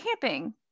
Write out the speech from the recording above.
camping